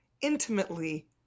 intimately